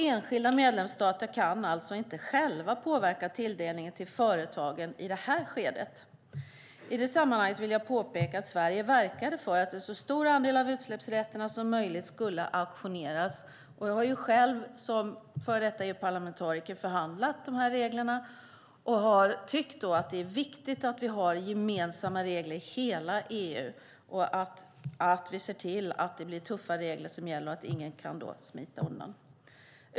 Enskilda medlemsstater kan alltså inte själva påverka tilldelningen till företagen i detta skede. I det sammanhanget vill jag påpeka att Sverige verkade för att en så stor andel av utsläppsrätterna som möjligt skulle auktioneras. Jag har själv som före detta EU-parlamentariker förhandlat om de här reglerna. Jag har tyckt att det är viktigt att vi har gemensamma regler i hela EU, att vi ser till att det blir tuffa regler som gäller och att ingen kan smita undan.